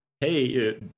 hey